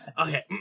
Okay